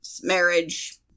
marriage